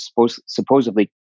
supposedly